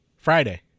Friday